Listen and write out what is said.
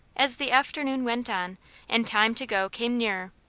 as the afternoon went on and time to go came nearer,